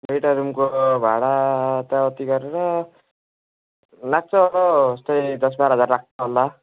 दुइटा रुमको भाडा त यताउति गरेर लाग्छ यस्तै दस बाह्र हजार लाग्छ होला